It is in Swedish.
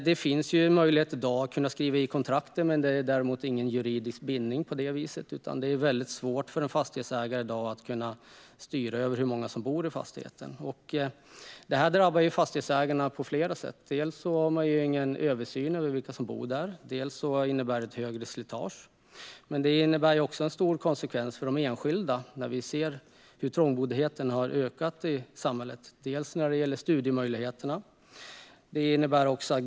Det finns i dag en möjlighet att skriva in det i kontraktet, men inte så att det är juridiskt bindande. Det är i dag väldigt svårt för en fastighetsägare att styra över hur många som bor i fastigheten. Det här drabbar fastighetsägarna på flera sätt. Dels har man ingen överblick över vilka som bor där, dels innebär det högre slitage. Det innebär också en stor konsekvens för de enskilda. Vi ser hur trångboddheten har ökat i samhället. Det påverkar bland annat studiemöjligheterna.